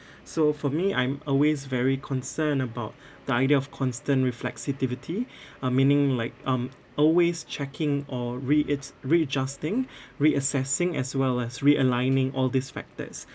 so for me I'm always very concerned about the idea of constant reflexivity uh meaning like um always checking or re-ads~ re-adjusting re-assessing as well as re-aligning all these factors